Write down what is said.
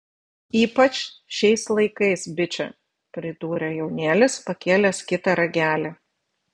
ypač šiais laikais biče pridūrė jaunėlis pakėlęs kitą ragelį